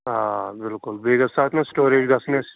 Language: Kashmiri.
آ بِلکُل بیٚیہِ گژھِ تتھ مَنٛز سِٹوریج گژھٕنۍ اَسہِ